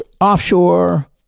offshore